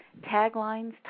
taglines